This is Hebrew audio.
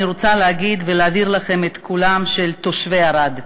אני רוצה להגיד ולהעביר לכם את קולם של תושבי ערד.